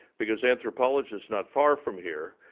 because anthropologists not far from here,